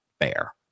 fair